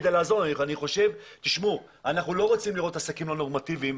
אנחנו לא רוצים לראות עסקים לא נורמטיבים,